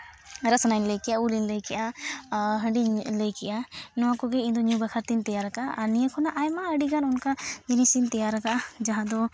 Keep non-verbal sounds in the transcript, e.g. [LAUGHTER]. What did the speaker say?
[UNINTELLIGIBLE] ᱩᱞ ᱤᱧ ᱞᱟᱹᱭ ᱠᱮᱜᱼᱟ ᱦᱟᱺᱰᱤᱧ ᱞᱟᱹᱭ ᱠᱮᱜᱼᱟ ᱱᱚᱣᱟ ᱠᱚᱜᱮ ᱤᱧᱫᱚ ᱤᱧᱫᱚ ᱧᱩ ᱵᱟᱠᱷᱨᱟ ᱛᱤᱧ ᱛᱮᱭᱟᱨ ᱠᱟᱜᱼᱟ ᱟᱨ ᱱᱤᱭᱟᱹ ᱠᱷᱚᱱᱟᱜ ᱟᱭᱢᱟ ᱟᱹᱰᱤᱜᱟᱱ ᱱᱚᱝᱠᱟ ᱡᱤᱱᱤᱥ ᱤᱧ ᱛᱮᱭᱟᱨ ᱠᱟᱜᱼᱟ ᱡᱟᱦᱟᱸ ᱫᱚ